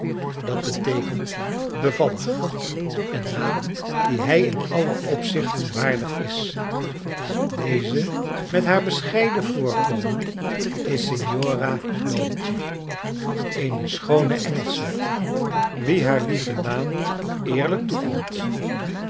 dat beteekent bevallig een naam dien hij in alle opzichten waardig is deze met haar bescheiden voorkomen is signora dolce een schoone engelsche wie haar lieve naam eerlijk toekomt